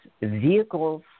vehicles